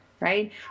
right